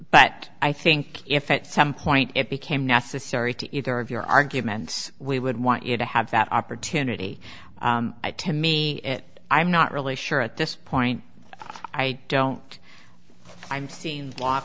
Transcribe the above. but i think if at some point it became necessary to either of your arguments we would want you to have that opportunity to me it i'm not really sure at this point i don't i'm